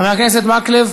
חבר הכנסת מקלב.